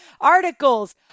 articles